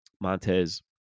Montez